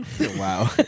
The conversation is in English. Wow